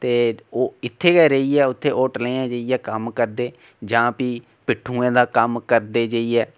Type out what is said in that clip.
ते ओह् इत्थै गै रेहियै होटलें च रेहियै कम्म करदे जां फ्ही पिट्ठुएं दा कम्म करदे जेइयै